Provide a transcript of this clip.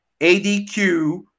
ADQ